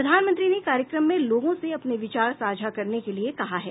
प्रधानमंत्री ने कार्यक्रम में लोगों से अपने विचार साझा करने के लिए कहा है